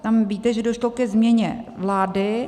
Tam víte, že došlo ke změně vlády.